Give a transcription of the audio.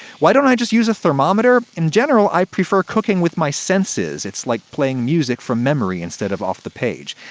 why don't i just use a thermometer? in general i prefer cooking with my senses it's like playing music from memory instead of off the page.